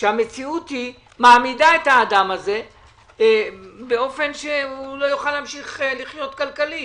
כשהמציאות מעמידה את האדם הזה באופן שהוא לא יוכל לחיות כלכלית.